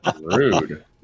Rude